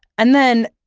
and then,